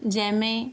जंहिं में